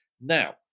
Now